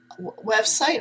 website